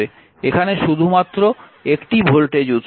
এখানে শুধুমাত্র একটি ভোল্টেজ উৎস আছে